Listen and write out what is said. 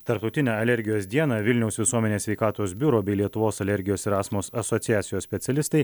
tarptautinę alergijos dieną vilniaus visuomenės sveikatos biuro bei lietuvos alergijos ir astmos asociacijos specialistai